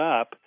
up